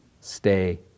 stay